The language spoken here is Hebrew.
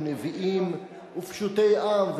נביאים ופשוטי עם,